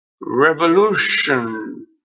revolution